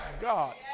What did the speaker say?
God